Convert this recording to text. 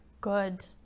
good